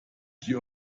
die